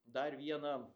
dar vieną